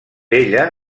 ella